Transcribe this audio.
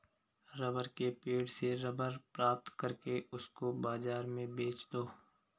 rubber के पेड़ से रबर प्राप्त करके उसको बाजार में बेच दो